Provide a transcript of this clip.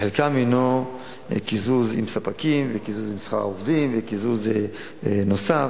שחלקם קיזוז עם ספקים וקיזוז עם שכר עובדים וקיזוז נוסף.